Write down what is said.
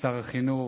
שר החינוך,